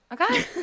okay